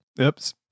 Oops